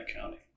county